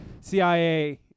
CIA